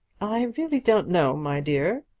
i really don't know, my dear,